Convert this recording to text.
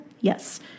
Yes